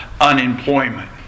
unemployment